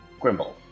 Grimble